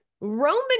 Roman